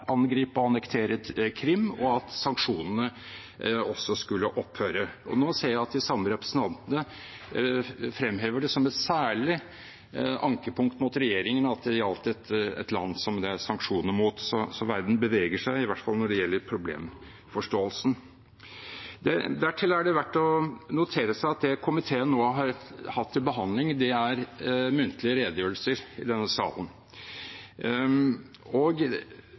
angripe og annektere Krim, og at sanksjonene også skulle opphøre. Nå ser jeg at de samme representantene fremhever det som et særlig ankepunkt mot regjeringen at det gjaldt et land som det er sanksjoner mot, så verden beveger seg i hvert fall når det gjelder problemforståelsen. Dertil er det verdt å notere seg at det komiteen nå har hatt til behandling, er muntlige redegjørelser i denne salen, og